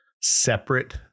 separate